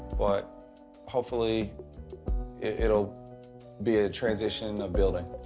but hopefully it'll be a transition of building.